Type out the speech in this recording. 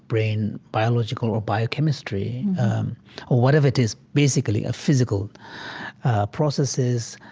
brain, biological or biochemistry or whatever it is, basically a physical processes,